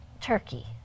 Turkey